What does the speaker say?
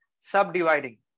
subdividing